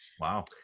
wow